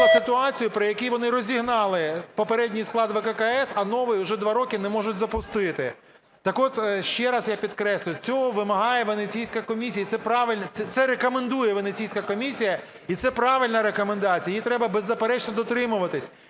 ситуацію, при якій вони розігнали попередній склад ВККС, а новий вже 2 роки не можуть запустити. Так от, ще раз я підкреслюю, цього вимагає Венеційська комісія, це правильна… це рекомендує Венеційська комісія, і це правильна рекомендація, її треба беззаперечно дотримуватися.